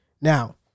Now